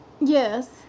Yes